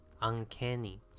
Uncanny